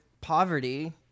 poverty